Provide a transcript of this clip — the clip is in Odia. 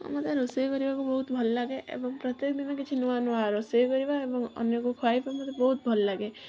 ଆ ମୋତେ ରୋଷେଇ କରିବାକୁ ବହୁତ ଭଲ ଲାଗେ ଏବଂ ପ୍ରତ୍ୟେକ ଦିନ କିଛି ନୂଆ ନୂଆ ରୋଷେଇ କରିବା ଏବଂ ଅନ୍ୟକୁ ଖୁଆଇବା ମୋତେ ବହୁତ ଭଲ ଲାଗେ